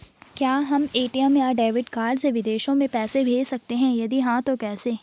क्या हम ए.टी.एम या डेबिट कार्ड से विदेशों में पैसे भेज सकते हैं यदि हाँ तो कैसे?